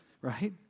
right